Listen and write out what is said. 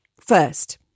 First